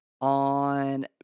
on